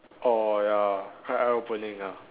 orh ya quite eye opening ah